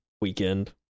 weekend